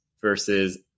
versus